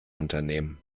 unternehmen